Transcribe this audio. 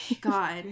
god